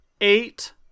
eight